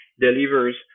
delivers